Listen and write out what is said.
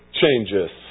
changes